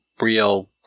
real